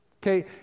Okay